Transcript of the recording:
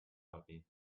marie